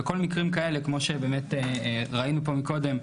וכל מקרים כאלה כמו שראינו פה מקודם,